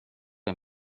est